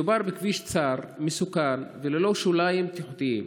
מדובר בכביש צר, מסוכן וללא שוליים בטיחותיים.